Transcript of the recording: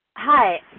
Hi